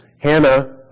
Hannah